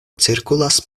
cirkulas